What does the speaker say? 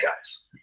guys